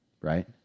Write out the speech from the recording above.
Right